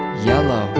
yellow